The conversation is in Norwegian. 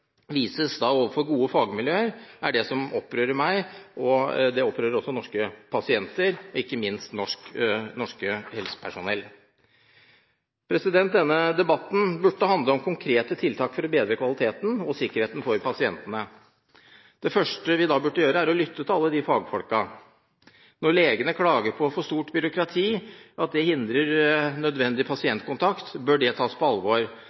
vises overfor gode fagmiljøer, opprører meg, og det opprører også norske pasienter og ikke minst norsk helsepersonell. Denne debatten burde handle om konkrete tiltak for å bedre kvaliteten og sikkerheten for pasientene. Det første vi da burde gjøre, er å lytte til alle fagfolkene. Når legene klager på at for stort byråkrati hindrer nødvendig pasientkontakt, bør det tas på alvor,